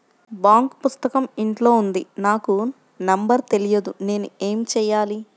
Bank పుస్తకం ఇంట్లో ఉంది నాకు నంబర్ తెలియదు నేను ఏమి చెయ్యాలి?